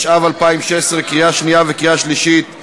11 מתנגדים.